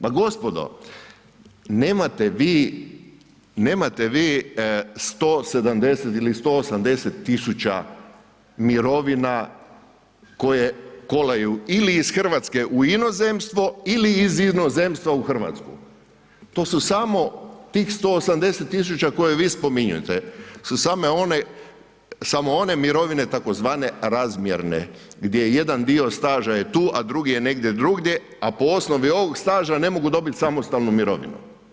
Pa gospodo, nemate vi 170 ili 180 000 mirovina koje kolaju ili iz Hrvatske u inozemstvo ili iz inozemstva u Hrvatsku. to su samo tih 180 000 koje vi spominjete, samo one mirovine tzv. razmjerne gdje jedan dio staža je tu a drugi je negdje drugdje a po osnovi ovog staža ne mogu dobiti samostalnu mirovinu.